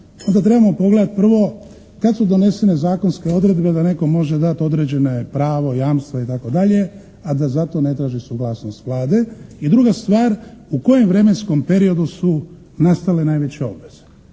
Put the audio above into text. trebamo pogledati prvo kada su donesene zakonske odredbe da netko može dati određene pravo, jamstva itd. a da za to ne traži suglasnost Vlade. I druga stvar, u kojem vremenskom periodu su nastale najveće obveze.